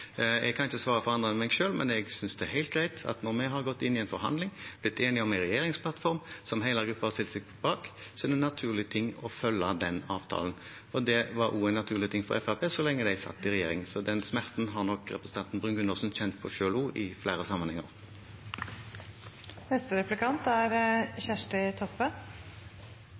helt greit at når vi har gått inn i en forhandling og blitt enige om en regjeringsplattform som hele gruppen har stilt seg bak, er det en naturlig ting å følge den avtalen. Det var også en naturlig ting for Fremskrittspartiet så lenge de satt i regjering. Så den smerten har nok representanten Bruun-Gundersen også kjent på selv i flere sammenhenger. Høgre er